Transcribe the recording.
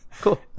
Cool